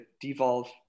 devolve